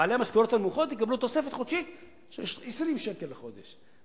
בעלי המשכורות הנמוכות יקבלו תוספת חודשית של 20 שקל לחודש,